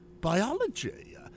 biology